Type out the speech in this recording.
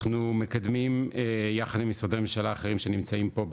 אנחנו מקדמים יחד עם משרדי ממשלה אחרים שנמצאים פה,